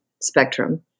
spectrum